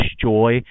joy